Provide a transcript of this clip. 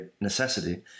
necessity